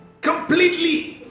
completely